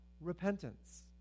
repentance